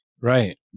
right